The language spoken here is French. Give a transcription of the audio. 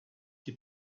qui